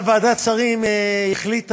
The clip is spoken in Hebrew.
אבל ועדת שרים החליטה